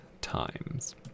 Times